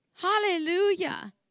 Hallelujah